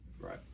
Right